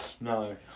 No